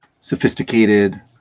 sophisticated